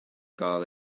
gael